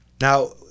Now